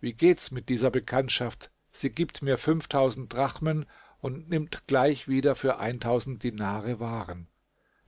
wie geht's mit dieser bekanntschaft sie gibt mir drachmen und nimmt gleich wieder für dinare waren